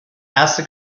erste